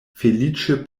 feliĉe